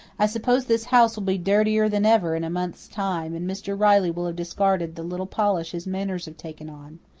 i suppose this house will be dirtier than ever in a month's time, and mr. riley will have discarded the little polish his manners have taken on.